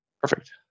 Perfect